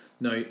Now